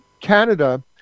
Canada